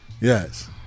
Yes